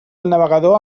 navegador